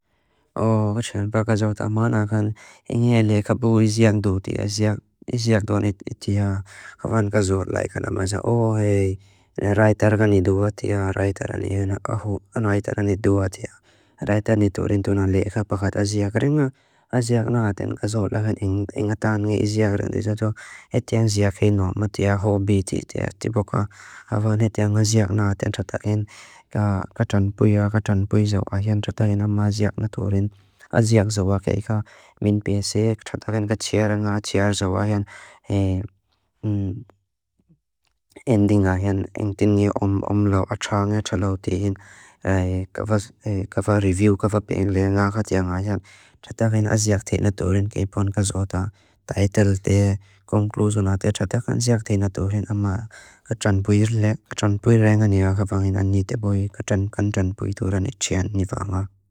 O, baxaxan, baxaxan, baxaxan, baxaxan, baxaxan, baxaxan, baxaxan, baxaxan, baxaxan, baxaxan, baxaxan, baxaxan, baxaxan, baxaxan, baxaxan, baxaxan, baxaxan, baxaxan, baxaxan, baxaxan, baxaxan, baxaxan, baxaxan, baxaxan, baxaxan, baxaxan, baxaxan, baxaxan, baxaxan, baxaxan, baxaxan, baxaxan, baxaxan, baxaxan, baxaxan, baxaxan, baxaxan, baxaxan, baxaxan, baxaxan, baxaxan, baxaxan, baxaxan, baxaxan, b a að ziak zába keika min bese, txatáxan ka txeara nga, txeara zába hian, endi nga hian, eng tíngi omlau atxánga txaláu tíhin, ka fa review, ka fa penglau, nga xatia nga hian, txatáxan a ziak té na tórin képan ka záta. Taital té, kónklózó na té, txatáxan a ziak té na tórin ama ka txan bwír lé, ka txan bwír lé nga ní a xafangin a ní te bwí, ka txan ka txan bwí tóra ní txea ní bhána.